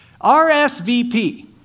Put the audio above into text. RSVP